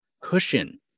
cushion